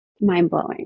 Mind-blowing